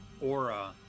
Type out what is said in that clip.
aura